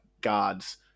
guards